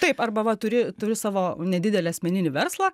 taip arba va turi turi savo nedidelį asmeninį verslą